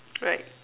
right